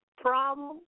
Problem